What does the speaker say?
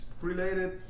related